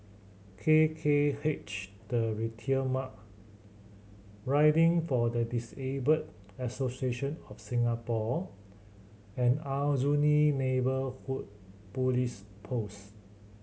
K K H The Retail Riding for the Disabled Association of Singapore and Aljunied Neighbourhood Police Post